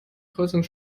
kreuzung